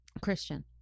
Christian